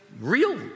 real